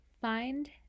find